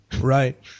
Right